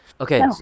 Okay